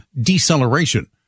deceleration